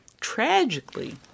tragically